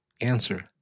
Answer